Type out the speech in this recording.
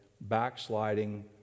backsliding